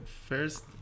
first